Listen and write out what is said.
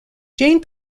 jane